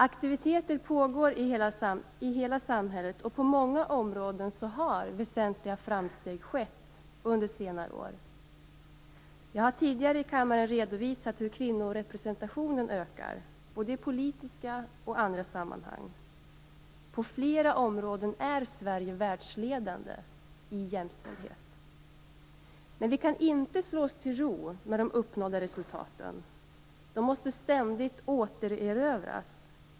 Aktiviteter pågår i hela samhället, och på många områden har väsentliga framsteg skett under senare år. Jag har tidigare i kammaren redovisat hur kvinnorepresentationen ökar - både i politiska och i andra sammanhang. På flera områden är Sverige världsledande när det gäller jämställdhet. Men vi kan inte slå oss till ro med de uppnådda resultaten. De måste ständigt återerövras.